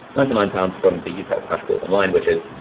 ninety nine pounds from the ucat crash course online, which is,